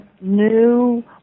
new